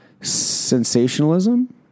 sensationalism